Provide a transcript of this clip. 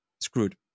screwed